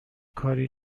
کاری